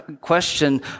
question